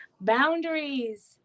boundaries